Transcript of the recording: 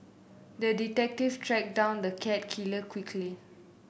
the detective tracked down the cat killer quickly